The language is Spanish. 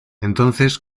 entonces